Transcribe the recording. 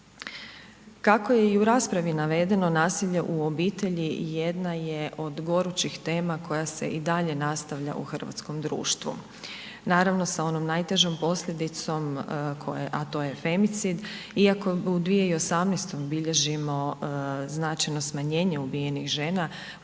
Kako je i u raspravi navedeno, nasilje u obitelji jedna je od gorućih tema koja se i dalje nastavlja u hrvatskom društvu. Naravno sa onom najtežom posljedicom a to je femicid. Iako u 2018. bilježimo značajno smanjenje ubijenih žena,